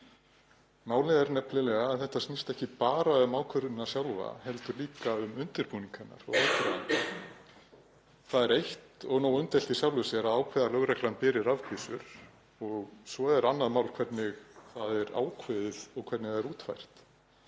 Málið er nefnilega að þetta snýst ekki bara um ákvörðunina sjálfa heldur líka um undirbúning hennar og aðdraganda. Það er nógu umdeilt í sjálfu sér að ákveða að lögreglan beri rafbyssur og svo er annað mál hvernig það er ákveðið og hvernig það er útfært.